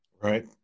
Right